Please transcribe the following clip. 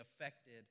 affected